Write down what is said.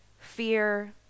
fear